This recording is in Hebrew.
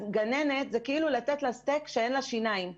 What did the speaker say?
זה כמו לתת סטייק למי שאין שיניים.